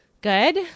good